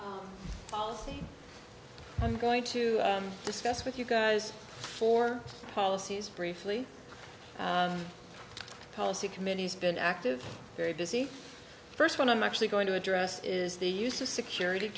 see i'm going to discuss with you guys for policies briefly policy committees been active very busy first one i'm actually going to address is the use of security